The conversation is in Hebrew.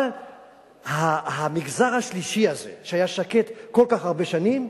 אבל המגזר השלישי הזה שהיה שקט כל כך הרבה שנים,